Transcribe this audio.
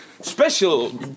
Special